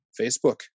facebook